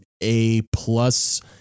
A-plus